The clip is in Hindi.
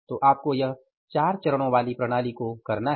तो आपको यह चार चरणों वाली प्रणाली को करना है